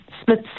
split